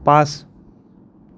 পাঁচ